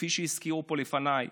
כפי שהזכירו פה לפניי,